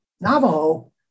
Navajo